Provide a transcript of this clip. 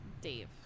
Dave